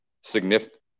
significant